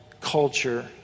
culture